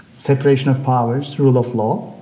separation of powers, rule of law,